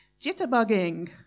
Jitterbugging